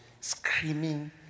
screaming